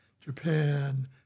Japan